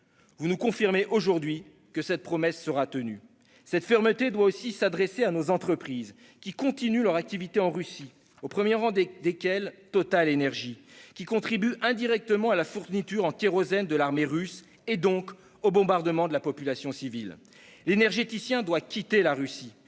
Vous nous confirmez aujourd'hui que cette promesse sera tenue. Cette fermeté doit aussi s'adresser à nos entreprises poursuivant leurs activités en Russie, au premier rang desquels figure TotalEnergies, qui contribue indirectement à la fourniture en kérosène de l'armée de l'air russe et, en conséquence, au bombardement des populations civiles. L'énergéticien doit quitter la Russie.